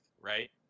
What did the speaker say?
right